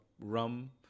Rum